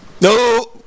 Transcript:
No